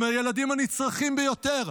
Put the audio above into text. הם הילדים הנצרכים ביותר.